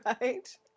right